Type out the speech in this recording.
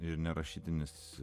ir nerašytinis